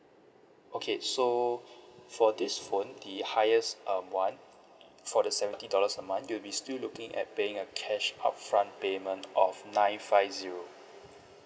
okay so for this phone the highest um one for the seventy dollars a month you will be still looking at paying a cash upfront payment of nine five zero